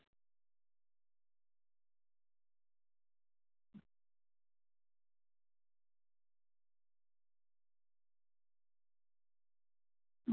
ಹಾಂ ನೀವು ಭಾಳ ತಗೊಂಡ್ರೆ ಸ್ವಲ್ಪ ಏನು ಕನ್ಫ್ಯೂಷನ್ ಮಾಡ್ಬಹುದ್ ರೀ ಇದು ಮಾರ್ಗ ಮಾರುಗಟ್ಲೆ ತಗೊಂಡ್ರೆ ನಿಮ್ಗೆ ಸವಿ ಆಗುತ್ತೆ ಒಂದು ಒಂದು ಮೊಳ ತೊಗೊಂಡ್ರೆ ಕಾ ಹೆಚ್ಚಾಗುತ್ತೆ ನಿಮ್ಗೆ ರೇಟು ಮಾರುಗಟ್ಲೆ ತಗೊಳ್ತಾರೆ ಹೆಂಗೆ